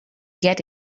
get